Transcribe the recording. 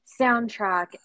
soundtrack